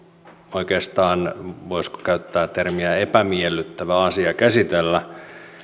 oikeastaan voisiko käyttää termiä epämiellyttävä asia käsitellä